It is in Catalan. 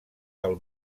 del